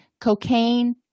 cocaine